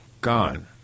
gone